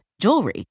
jewelry